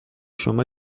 شما